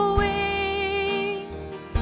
wings